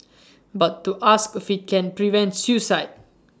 but to ask if IT can prevent suicide